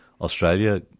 Australia